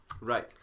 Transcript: Right